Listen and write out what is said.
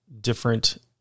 different